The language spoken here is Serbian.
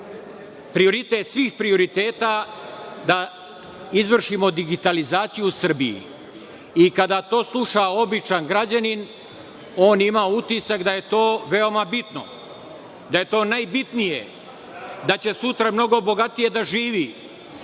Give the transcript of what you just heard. prioritet svih prioriteta, da izvršimo digitalizaciju u Srbiji. I kada to sluša običan građanin, on ima utisak da je to veoma bitno, da je to najbitnije, da će sutra mnogo bogatije da živi,